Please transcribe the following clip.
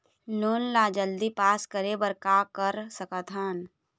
Loan ला जल्दी pass करे बर का कर सकथन?